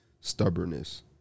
stubbornness